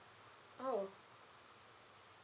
oh